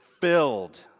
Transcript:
filled